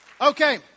okay